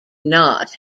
not